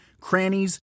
crannies